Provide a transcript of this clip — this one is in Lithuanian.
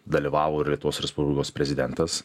dalyvavo ir lietuvos respublikos prezidentas